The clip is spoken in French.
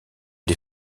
des